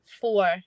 four